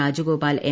Rajagopal M